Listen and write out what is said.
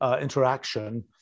interaction